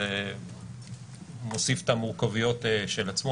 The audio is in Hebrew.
זה מוסיף את המורכבויות של עצמו,